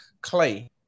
Clay